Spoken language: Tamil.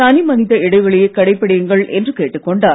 தனிமனித இடைவெளியைக் கடைபிடியுங்கள் என்று கேட்டுக் கொண்டார்